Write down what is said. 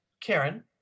Karen